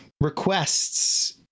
requests